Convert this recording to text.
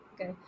okay